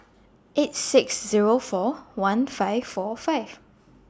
eight six Zero four one five four five